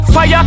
Fire